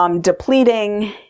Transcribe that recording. Depleting